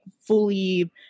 fully